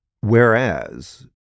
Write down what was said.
Whereas